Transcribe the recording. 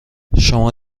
شما